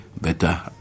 better